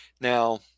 Now